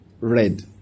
red